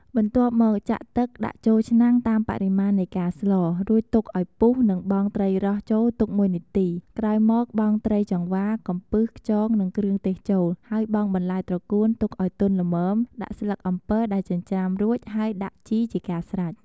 បន្ទាប់មកចាក់ទឹកដាក់ចូលឆ្នាំងតាមបរិមាណនៃការស្ល រួចទុកឱ្យពុះនិងបង់ត្រីរ៉ស់ចូលទុក១នាទី ក្រោយមកបង់ត្រីចង្វា កំពឹស ខ្យង និងគ្រឿងទេសចូល ហើយបង់បន្លែត្រកួនទុកឱ្យទន់ល្មមដាក់ស្លឹកអំពិលដែលចិញ្រ្ចាំរួច ហើយដាក់ជីជាការស្រេច។